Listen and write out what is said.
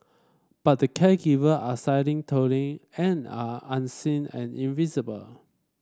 but the caregiver are silently toiling and are unseen and invisible